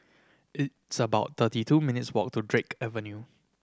it's about thirty two minutes' walk to Drake Avenue